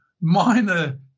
minor